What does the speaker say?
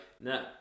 no